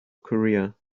career